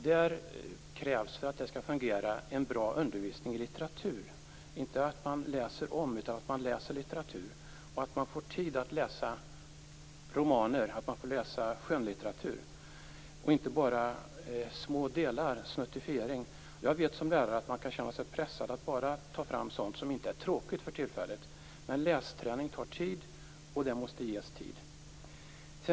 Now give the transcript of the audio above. För att detta skall fungera krävs en bra undervisning i litteratur, inte att man läser om litteratur utan att man läser litteratur och får tid att läsa romaner, skönlitteratur, och inte bara små delar, snuttifiering. Jag vet som lärare att man kan känna sig pressad att bara ta fram sådant som inte är tråkigt för tillfället, men lästräning tar tid och måste ges tid.